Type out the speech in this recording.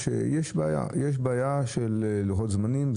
שיש בעיה של לוחות זמנים.